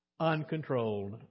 uncontrolled